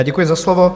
Děkuji za slovo.